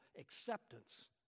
Acceptance